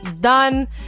done